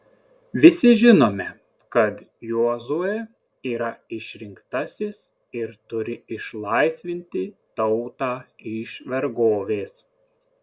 visi žinome kad jozuė yra išrinktasis ir turi išlaisvinti tautą iš vergovės